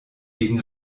gegen